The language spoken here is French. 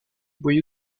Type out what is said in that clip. boyau